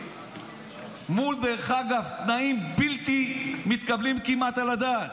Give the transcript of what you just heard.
מול תנאים כמעט בלתי מתקבלים על הדעת,